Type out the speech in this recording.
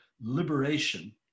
liberation